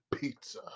pizza